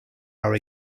are